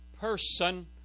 person